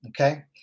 Okay